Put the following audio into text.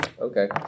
Okay